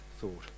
thought